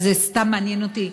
אז זה סתם מעניין אותי,